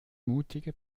mutige